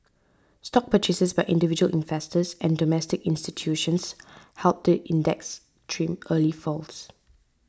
stock purchases by individual investors and domestic institutions helped the index trim early falls